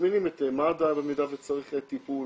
מזמינים את מד"א במידה וצריך טיפול.